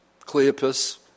Cleopas